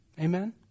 Amen